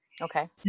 Okay